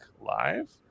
live